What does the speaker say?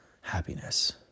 happiness